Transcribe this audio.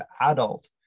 adult